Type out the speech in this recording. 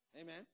Amen